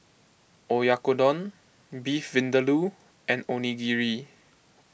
Oyakodon Beef Vindaloo and Onigiri